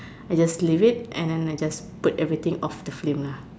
I just leave it and then I just put everything off the flame lah